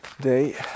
day